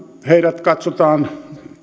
katsotaan